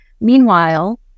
Meanwhile